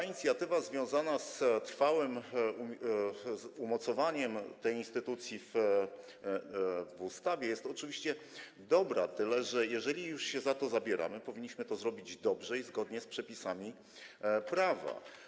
Inicjatywa związana z trwałym umocowaniem tej instytucji w ustawie jest oczywiście dobra, tyle że jeżeli już się za to zabieramy, powinniśmy to zrobić dobrze i zgodnie z przepisami prawa.